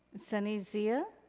sunny zia.